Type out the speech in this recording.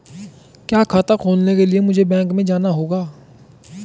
क्या खाता खोलने के लिए मुझे बैंक में जाना होगा?